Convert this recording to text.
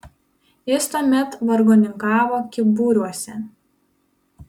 jis tuomet vargoninkavo kyburiuose